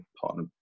partner